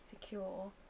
secure